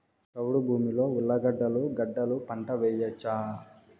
చౌడు భూమిలో ఉర్లగడ్డలు గడ్డలు పంట వేయచ్చా?